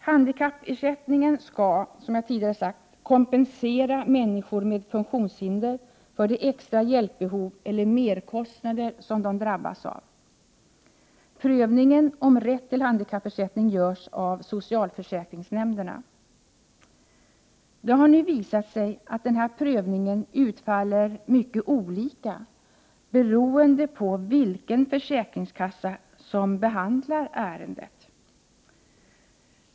Handikappersättningen skall, som jag tidigare sagt, kompensera människor med funktionshinder för det extra hjälpbehov eller för de merkostnader som de drabbas av. Prövningen om rätt till handikappersättning görs av socialförsäkringsnämnderna. Det har nu visat sig att denna prövning utfaller mycket olika beroende på vilken försäkringskassa som behandlar ärendet.